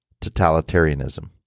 totalitarianism